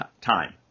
time